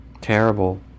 terrible